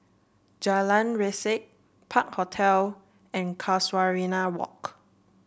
Jalan Resak Park Hotel and Casuarina Walk